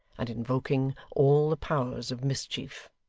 and invoking all the powers of mischief.